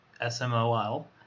s-m-o-l